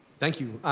thank you.